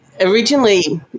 Originally